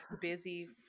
busy